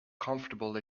comfortable